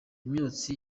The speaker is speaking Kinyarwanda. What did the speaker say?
imyotsi